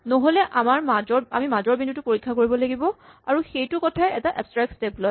নহ'লে আমি মাজৰ বিন্দুটো পৰীক্ষা কৰিব লাগিব আৰু সেইটো কথাই এটা এবস্ট্ৰেক্ট স্টেপ লয়